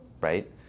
right